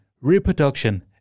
reproduction